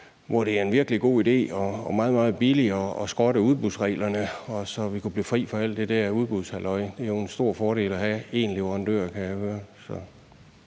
hvor det er en virkelig god idé og meget, meget billigere at skrotte udbudsreglerne, så vi kunne blive fri for alt det der udbudshalløj? Det er jo en stor fordel at have én leverandør, kan jeg høre.